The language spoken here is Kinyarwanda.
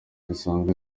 zisanzwe